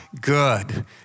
good